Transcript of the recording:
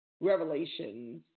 revelations